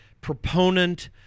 proponent